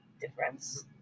difference